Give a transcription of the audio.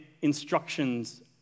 instructions